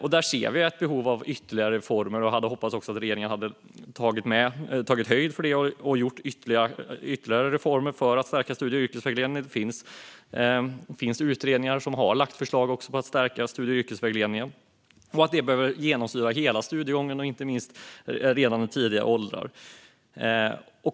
Här ser vi ett behov av ytterligare reformer. Jag hade hoppats att regeringen hade tagit höjd för det och gjort ytterligare reformer för att stärka studie och yrkesvägledningen. Det finns utredningar som har lagt fram förslag för att stärka studie och yrkesvägledningen. Den behöver genomsyra hela studiegången, inte minst redan vid tidiga åldrar.